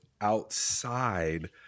outside